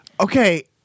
okay